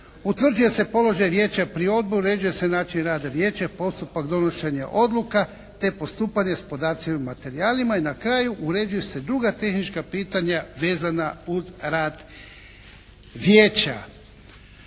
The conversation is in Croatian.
utvrđuje se položaj vijeća pri odboru, uređuje se način rada vijeća, postupak donošenja odluka te postupanje s podacima i materijalima. I na kraju, uređuju se druga tehnička pitanja vezana uz rad vijeća.